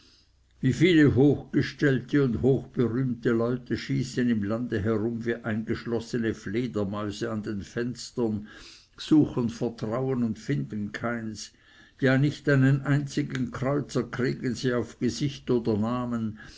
wie viele und hochgestellte und hochberühmte schießen im lande herum wie eingeschlossene fledermäuse an den fenstern suchen vertrauen und finden keins ja nicht einen einzigen kreuzer kriegen sie auf gesicht oder namen